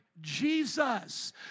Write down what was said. Jesus